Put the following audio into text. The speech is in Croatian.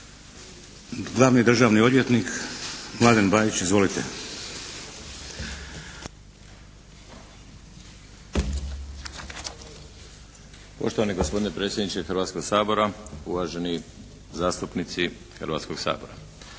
Glavni državni odvjetnik, Mladen Bajić. Izvolite. **Bajić, Mladen** Poštovani gospodine predsjedniče Hrvatskoga sabora, uvaženi zastupnici Hrvatskoga sabora.